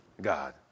God